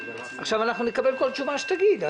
עכשיו אנחנו נקבל כל תשובה שתגיד.